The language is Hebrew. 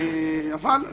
אבל,